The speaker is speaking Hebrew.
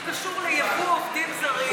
הוא קשור ליבוא עובדים זרים.